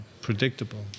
predictable